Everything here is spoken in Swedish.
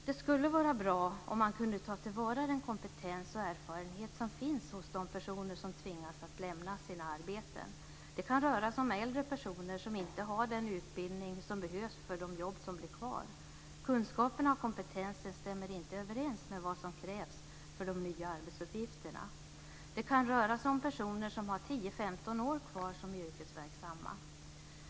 Det skulle vara bra om man kunde ta till vara den kompetens och erfarenhet som finns hos de personer som tvingas att lämna sina arbeten. Det kan röra sig om äldre personer som inte har den utbildning som behövs för de jobb som blir kvar. Kunskaperna och kompetensen stämmer inte överens med vad som krävs för de nya arbetsuppgifterna. Det kan röra sig om personer som har 10-15 år kvar som yrkesverksamma.